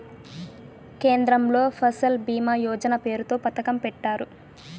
కేంద్రంలో ఫసల్ భీమా యోజన పేరుతో పథకం పెట్టారు